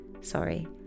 sorry